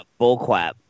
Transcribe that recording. Bullcrap